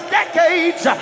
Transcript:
decades